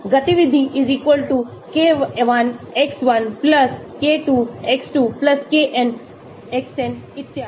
गतिविधि K1X1 K2X2 KnXn इत्यादि